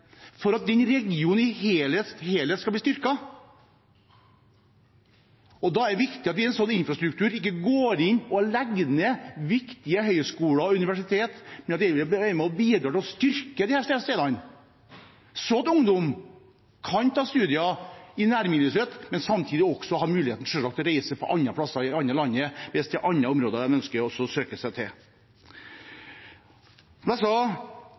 for at regionen som helhet skal bli styrket. Da er det viktig at man med en sånn infrastruktur ikke går inn og legger ned viktige høyskoler og universiteter, men at regjeringen er med på å styrke disse stedene, sånn at ungdom kan ta studier i nærmiljøet sitt, men selvsagt samtidig ha muligheten til å reise til andre plasser i landet hvis de ønsker å søke seg til andre områder. Som jeg sa: Det å ha sterke studiesteder er viktig, men når det gjelder å